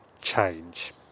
change